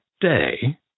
day